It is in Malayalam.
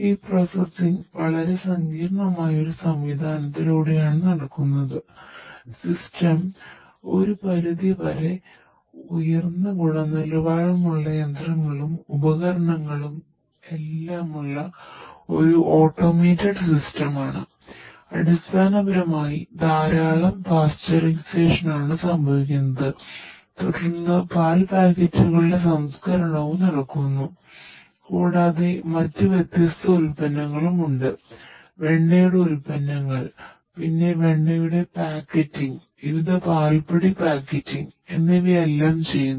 ഈ പ്രോസസ്സിംഗ് വിവിധ പാൽപ്പൊടി പാക്കറ്റിംഗ് എന്നിവയെല്ലാം ചെയ്യുന്നു